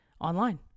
online